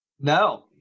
No